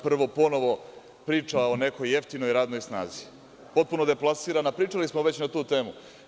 Prvo, ponovo priča o nekoj jeftinoj radnoj snazi, potpuno deplasirana, a pričali smo već na tu temu.